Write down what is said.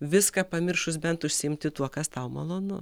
viską pamiršus bent užsiimti tuo kas tau malonu